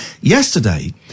Yesterday